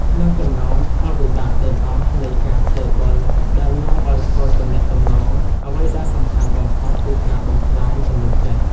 ក្នុងចំណោមផលវិបាកទាំងអស់នៃការខ្ចីបុលដែលនាំឲ្យខូចទំនាក់ទំនង អ្វីដែលសំខាន់បំផុតគឺការបំផ្លាញទំនុកចិត្ត។